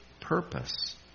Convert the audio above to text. purpose